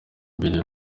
mbere